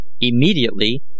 Immediately